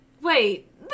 Wait